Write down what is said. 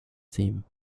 theme